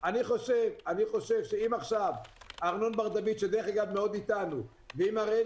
אני חושב שאם עכשיו ארנון בר-דוד שדרך אגב מאוד אתנו ואם אריאל